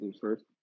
First